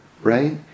right